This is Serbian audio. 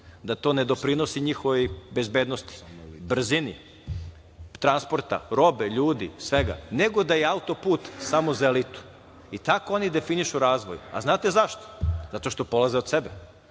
da to ne doprinosi njihovoj bezbednosti, brzini transporta robe, ljudi, svega, nego da je autoput samo za elitu i tako oni definišu razvoj. Znate zašto? Zato što polaze od sebe.